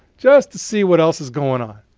just to see what else is going on.